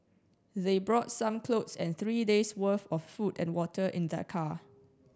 they brought some clothes and three days worth of food and water in their car